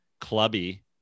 clubby